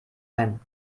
ein